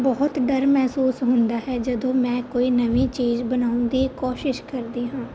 ਬਹੁਤ ਡਰ ਮਹਿਸੂਸ ਹੁੰਦਾ ਹੈ ਜਦੋਂ ਮੈਂ ਕੋਈ ਨਵੀਂ ਚੀਜ਼ ਬਣਾਉਣ ਦੀ ਕੋਸ਼ਿਸ਼ ਕਰਦੀ ਹਾਂ